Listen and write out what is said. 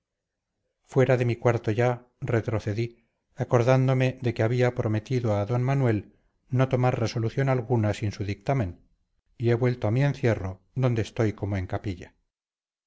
fuera de mi cuarto ya retrocedí acordándome de que había prometido a d manuel no tomar resolución alguna sin su dictamen y he vuelto a mi encierro donde estoy como en capilla